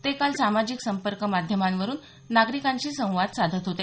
ते काल सामाजिक संपर्क माध्यमांवरून नागरिकांशी संवाद साधत होते